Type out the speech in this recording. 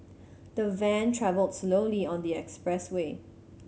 the van travelled slowly on the expressway